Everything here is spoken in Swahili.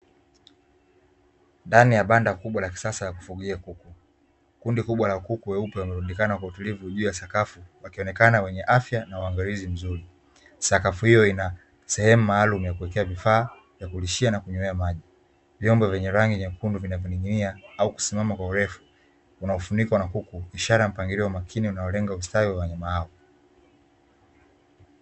Ndani ya banda kubwa la kisasa la kufugia kuku, kundi kubwa la kuku weupe wameonekana kwa utulivu juu ya sakafu wakionekana, sakafu hiyo ina sehemu maalum yenye vifaa vya kulishia na kunywea maji, vyombo vyenye rangi nyekundu vinavyoning'inia au kusimama kwa urefu unaufunikwa na kuku ishara ya mpangilio wa umakini unaolenga wanyama hao.